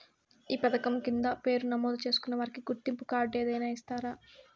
ఈ పథకం కింద పేరు నమోదు చేసుకున్న వారికి గుర్తింపు కార్డు ఏదైనా ఇస్తారా?